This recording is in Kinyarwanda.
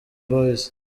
boys